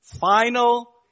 final